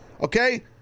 Okay